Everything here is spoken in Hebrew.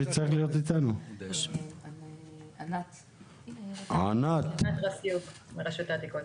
ענת רסיוק, רשות העתיקות,